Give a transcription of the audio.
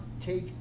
take